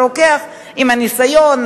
הרוקח עם הניסיון,